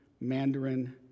mandarin